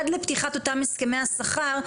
עד לפתיחת אותם הסכמי השכר,